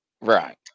right